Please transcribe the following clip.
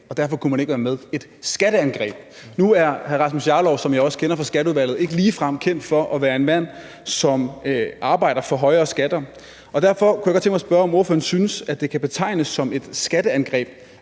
og derfor kunne man ikke være med – et skatteangreb! Nu er hr. Rasmus Jarlov, som jeg kender fra Skatteudvalget, ikke ligefrem kendt for at være en mand, som arbejder for højere skatter, og derfor kunne jeg godt tænke mig at spørge, om ordføreren synes, at det kan betegnes som et skatteangreb,